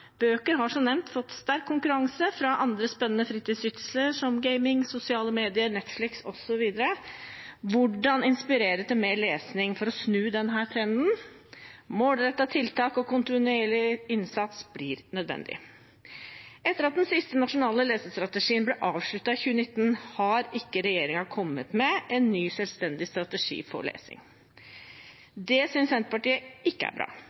Bøker har som nevnt fått sterk konkurranse fra andre spennende fritidssysler, som gaming, sosiale medier, Netflix osv. Hvordan inspirere til mer lesing for å snu denne trenden? Målrettede tiltak og kontinuerlig innsats blir nødvendig. Etter at den siste nasjonale lesestrategien ble avsluttet i 2019, har ikke regjeringen kommet med en ny selvstendig strategi for lesing. Det synes ikke Senterpartiet er bra,